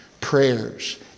prayers